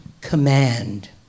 command